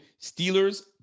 Steelers